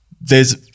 there's-